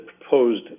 proposed